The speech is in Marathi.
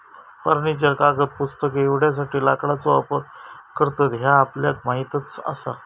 फर्निचर, कागद, पुस्तके एवढ्यासाठी लाकडाचो वापर करतत ह्या आपल्याक माहीतच आसा